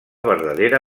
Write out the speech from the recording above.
verdadera